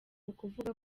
ukuvuga